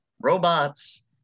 robots